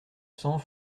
cents